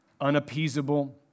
unappeasable